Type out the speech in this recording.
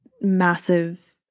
massive